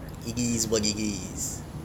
you is body disease